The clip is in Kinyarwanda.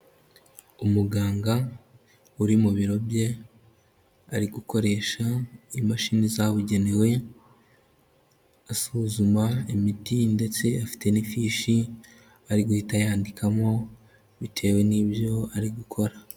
Umuganga uri mu biro bye ari gukoresha imashini zabugenewe asuzuma imiti ndetse afite n'ifishi ariko agahita yandikamo bitewe n'ibyo ari gukora.